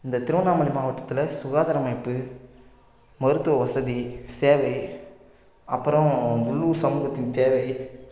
இந்த திருவண்ணாமலை மாவட்டத்தில் சுகாதார அமைப்பு மருத்துவ வசதி சேவை அப்புறோம் உள்ளூர் சமூகத்தின் தேவை